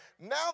now